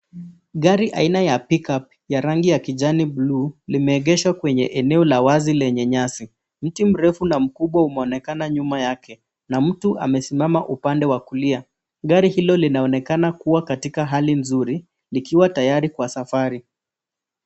Gari aina ya pickup ya rangi ya kijani bluu limeegeshwa kwenye eneo la wazi lenye nyasi. Mti mrefu na mkubwa umeonekana nyuma yake na mtu amesimama upande wa kulia. Gari hilo linaonekana kuwa katika hali nzuri, likiwa tayari kwa safari.